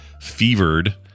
fevered